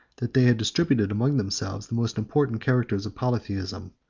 that they had distributed among themselves the most important characters of polytheism,